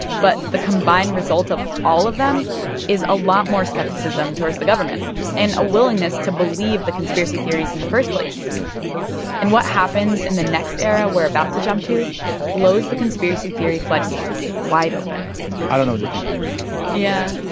but the combined result of all of them is a lot more skepticism towards the government and a willingness to believe the conspiracy theories in the first place yeah and what happens in the next era we're about to jump to blows the conspiracy theory floodgates wide open i don't know what to think anymore yeah,